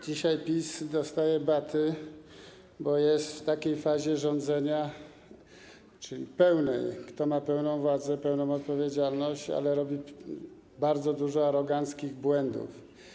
Dzisiaj PiS dostało baty, bo jest w takiej fazie rządzenia, czyli pełni: ma pełną władzę, pełną odpowiedzialność, ale popełnia bardzo dużo aroganckich błędów.